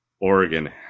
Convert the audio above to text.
Oregon